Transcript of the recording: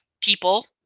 people